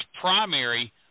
primary